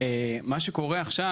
שקורה עכשיו,